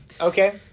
Okay